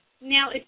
Now